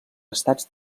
estats